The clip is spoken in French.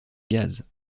gaz